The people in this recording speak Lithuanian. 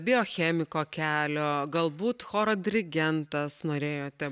biochemiko kelio galbūt choro dirigentas norėjote